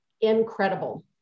incredible